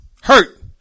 hurt